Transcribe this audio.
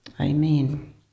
Amen